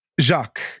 Jacques